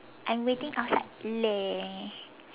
I am waiting outside leh